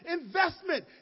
investment